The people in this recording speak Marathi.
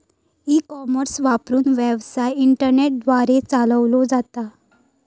ई कॉमर्स वापरून, व्यवसाय इंटरनेट द्वारे चालवलो जाता